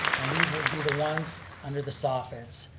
and these would be the ones under the soffits.